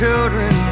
Children